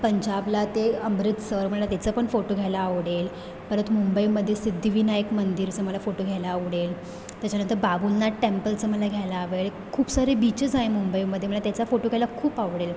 पंजाबला ते अमृतसर मला त्याचा पण फोटो घ्यायला आवडेल परत मुंबईमध्ये सिद्धीविनायक मंदिरचा मला फोटो घ्यायला आवडेल त्याच्यानंतर बाबुलनाथ टेंपलचा मला घ्यायला आवडेल खूप सारे बिचेस आहे मुंबईमध्ये मला त्याचा फोटो घ्यायला खूप आवडेल